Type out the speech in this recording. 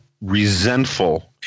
resentful